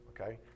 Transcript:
Okay